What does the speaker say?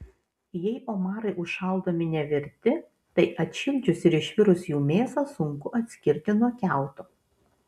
jei omarai užšaldomi nevirti tai atšildžius ir išvirus jų mėsą sunku atskirti nuo kiauto